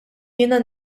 jiena